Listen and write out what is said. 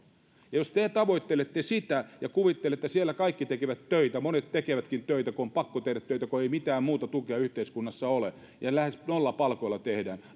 jos te tavoittelette sitä ja kuvittelette että siellä kaikki tekevät töitä monet tekevätkin töitä kun on pakko tehdä töitä kun ei mitään muuta tukea yhteiskunnassa ole ja lähes nollapalkoilla tehdään